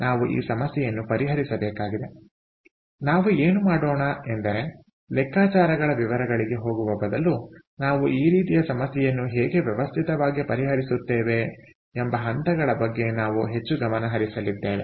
ಆದ್ದರಿಂದ ನಾವು ಏನು ಮಾಡೋಣ ಎಂದರೆ ಲೆಕ್ಕಾಚಾರಗಳ ವಿವರಗಳಿಗೆ ಹೋಗುವ ಬದಲು ನಾವು ಈ ರೀತಿಯ ಸಮಸ್ಯೆಯನ್ನು ಹೇಗೆ ವ್ಯವಸ್ಥಿತವಾಗಿ ಪರಿಹರಿಸುತ್ತೇವೆ ಎಂಬ ಹಂತಗಳ ಬಗ್ಗೆ ನಾವು ಹೆಚ್ಚು ಗಮನ ಹರಿಸಲಿದ್ದೇವೆ